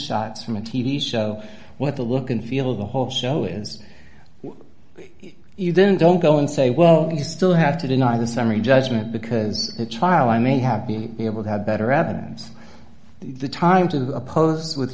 shots from a t v show what the look and feel of the whole show is you then don't go and say well you still have to deny the summary judgment because the trial i may have been able to have better evidence that the time to oppose with